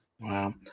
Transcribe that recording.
wow